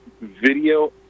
video